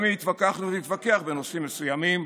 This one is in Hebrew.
גם אם התווכחנו ונתווכח בנושאים מסוימים,